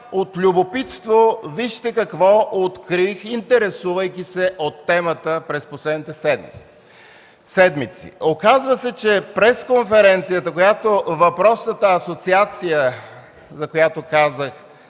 от любопитство вижте какво открих, интересувайки се от темата през последните седмици. Оказва се, че пресконференцията, която въпросната асоциация, за която казах,